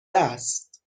است